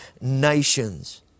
nations